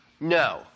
no